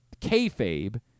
kayfabe